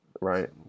right